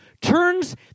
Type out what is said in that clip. turns